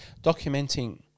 Documenting